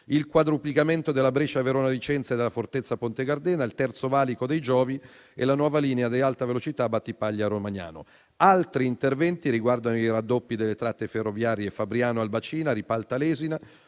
il quadruplicamento della Brescia-Verona-Vicenza e della Fortezza-Ponte Gardena; il Terzo Valico dei Giovi e la nuova linea di Alta velocità Battipaglia-Romagnano. Altri interventi riguardano i raddoppi delle tratte ferroviarie Fabriano-Albacina, Ripalta-Lesina,